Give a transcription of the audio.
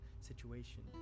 situation